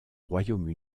royaume